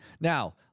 Now